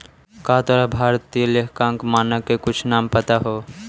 का तोरा भारतीय लेखांकन मानक के कुछ नाम पता हो?